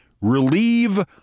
relieve